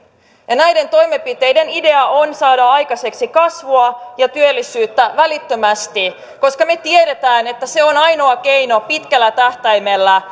näiden toimenpiteiden idea on saada aikaiseksi kasvua ja työllisyyttä välittömästi koska me tiedämme että se on ainoa keino pitkällä tähtäimellä